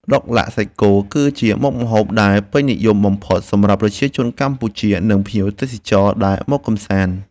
ឡុកឡាក់សាច់គោគឺជាមុខម្ហូបដែលពេញនិយមបំផុតសម្រាប់ប្រជាជនកម្ពុជានិងភ្ញៀវទេសចរបរទេសដែលមកកម្សាន្ត។